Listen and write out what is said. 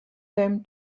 them